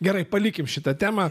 gerai palikim šitą temą